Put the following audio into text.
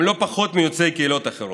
הם לא פחות מיוצאי הקהילות האחרות,